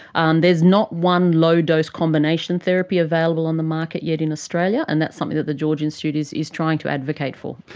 there's not one low-dose combination therapy available on the market yet in australia, and that's something that the george institute is is trying to advocate for.